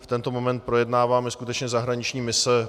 V tento moment projednáváme skutečně zahraniční mise.